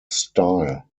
style